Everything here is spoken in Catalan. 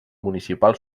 municipal